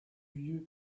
vieux